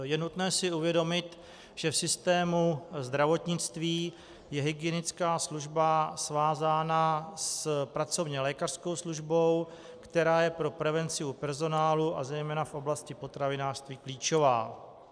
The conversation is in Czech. Je nutné si uvědomit, že v systému zdravotnictví je hygienická služba svázána s pracovně lékařskou službou, která je pro prevenci u personálu a zejména v oblasti potravinářství klíčová.